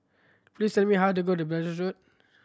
please tell me how to go to Belilios Road